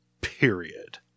period